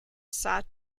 sought